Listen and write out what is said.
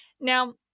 Now